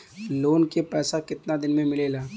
Loan के पैसा कितना दिन मे मिलेला?